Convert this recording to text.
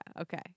okay